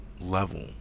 level